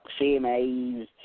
CMAs